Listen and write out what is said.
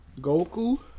goku